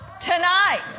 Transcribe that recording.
tonight